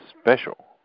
special